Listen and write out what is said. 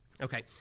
Okay